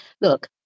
look